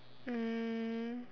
um